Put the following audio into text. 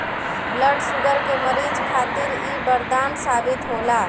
blood sugar के मरीज खातिर इ बरदान साबित होला